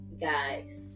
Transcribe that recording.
guys